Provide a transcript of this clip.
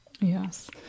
Yes